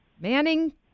Manning